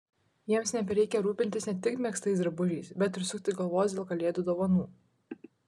jiems nebereikia rūpintis ne tik megztais drabužiais bet ir sukti galvos dėl kalėdų dovanų